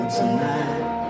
tonight